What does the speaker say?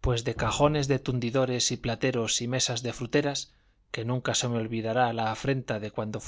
pues de cajones de tundidores y plateros y mesas de fruteras que nunca se me olvidará la afrenta de cuando